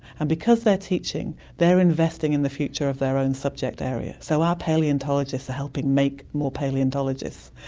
and because they're teaching they are investing in the future of their own subject area. so our palaeontologists are helping make more palaeontologists,